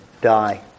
die